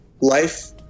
Life